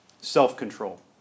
Self-control